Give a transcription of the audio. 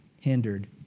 hindered